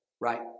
right